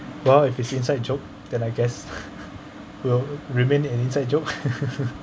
well if it's inside joke then I guess will remain it as inside joke